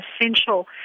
essential